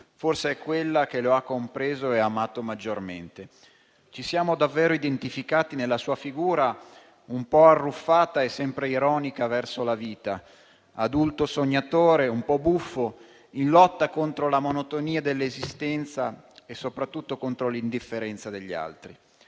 forse è quella che lo ha compreso e amato maggiormente. Ci siamo davvero identificati nella sua figura un po' arruffata e sempre ironica verso la vita, adulto sognatore e un po' buffo, in lotta contro la monotonia dell'esistenza e soprattutto contro l'indifferenza degli altri.